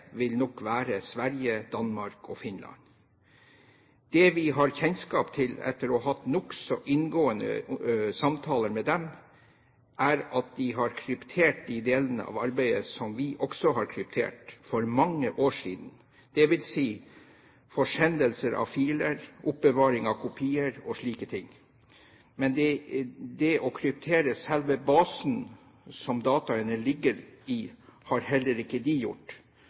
vil nok være Sverige, Danmark og Finland. Det vi har kjennskap til etter å ha hatt nokså inngående samtaler med dem, er at de har kryptert de delene av arbeidet som vi også hadde kryptert for mange år siden, dvs. forsendelser av filer, oppbevaring av kopier og slike ting. Men det å kryptere selve basen som dataene ligger i, har heller ikke de gjort,